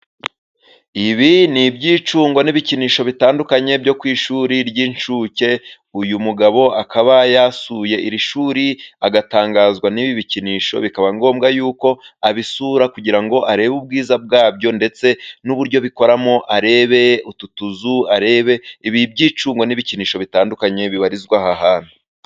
Ibi ni ibyicungo n'ibikinisho bitandukanye byo ku ishuri ry'incuke uyu mugabo akaba yasuye iri shuri agatangazwa n'ibi bikinisho bikaba ngombwa yuko abisura kugira ngo arebe ubwiza bwabyo ndetse n'uburyo bikoramo arebe utu tuzu arebe ibi byicungo n'ibikinisho bitandukanye bibarizwa aha aha hantu.